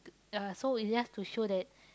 ah so it's just to show that